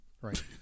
Right